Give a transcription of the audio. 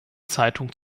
zeitung